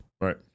right